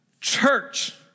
church